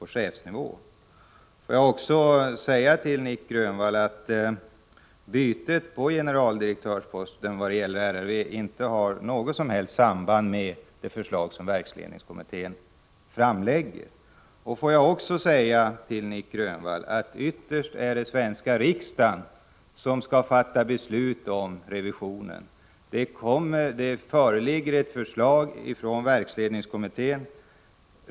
chefsnivån. Får jag också säga till Nic Grönvall att bytet på generaldirektörsposten vad gäller RRV inte har något som helst samband med det förslag som verksledningskommittén framlägger. Ytterst är det den svenska riksdagen som skall fatta beslut om revisionens principinriktning. Det föreligger ett förslag från verksledningskommittén.